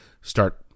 start